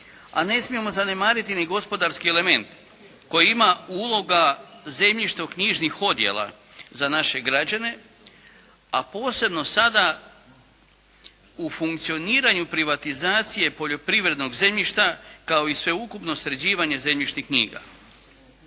a ne smijemo zanemariti ni gospodarski element koji ima ulogu zemljišno-knjižnih odjela za naše građane, a posebno sada u funkcioniranju privatizacije poljoprivrednog zemljišta kao i sveukupno sređivanje zemljišnih knjiga.